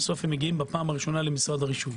הם מגיעים בפעם הראשונה למשרד הרישוי.